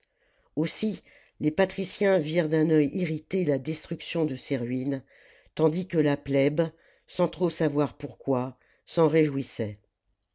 aussi les patriciens virent d'un œil irrité la destruction de ces ruines tandis que la plèbe sans trop savoir pourquoi s'en réjouissait